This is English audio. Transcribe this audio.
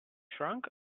shrunk